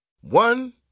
One